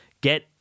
Get